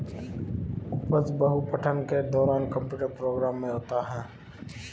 उपज बहु पठन के दौरान कंप्यूटर प्रोग्राम में होता है